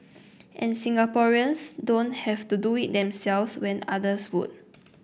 and Singaporeans don't have to do it themselves when others would